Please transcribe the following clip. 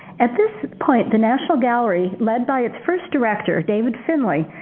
at this point the national gallery led by its first director, david finley,